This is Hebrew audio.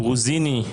גרוזיני,